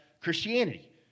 Christianity